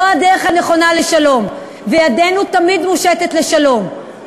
זו הדרך הנכונה לשלום, וידנו תמיד מושטת לשלום,